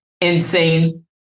Insane